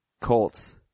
Colts